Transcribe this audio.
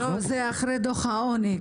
זה אחרי דוח העוני,